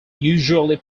usually